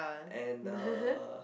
and uh